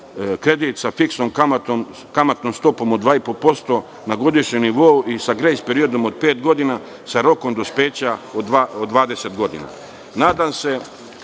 kredit sa fiksnom kamatnom stopom od 2,5% na godišnjem nivou i sa grejs periodom od pet godina, sa rokom dospeća od 20 godina? Nadam se